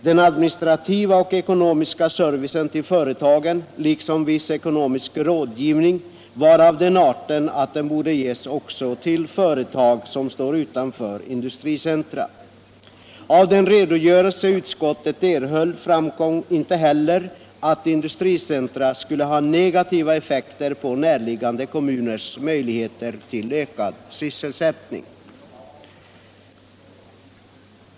Den administrativa och ekonomiska servicen till företagen liksom viss ekonomisk rådgivning var av den arten att den borde ges också till företag som står utanför industricentra. Av den redogörelse utskottet erhöll framkom inte heller att industricentra skulle ha negativa effekter på närliggande kommuners möjligheter till ökad sysselsättning.